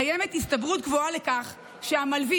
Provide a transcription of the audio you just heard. קיימת הסתברות גבוהה לכך שהמלווים,